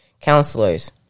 counselors